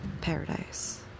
paradise